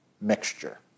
mixture